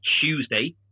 Tuesday